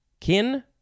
kin